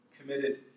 committed